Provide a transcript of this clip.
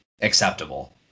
acceptable